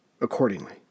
accordingly